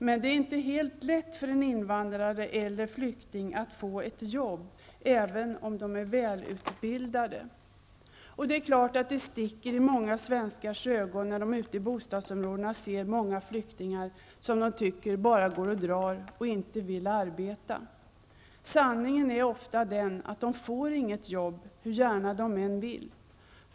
Men det är inte lätt för invandrare eller flyktingar att få ett jobb även om de är välutbildade. Det är klart att det sticker i många svenskars ögon när de ute i bostadsområdena ser många flyktingar som de tycker bara går och drar och inte vill arbeta. Sanningen är ofta att de inte får något jobb hur gärna de än vill.